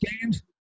games